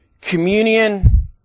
Communion